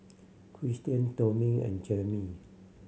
Christen Tommy and Jayme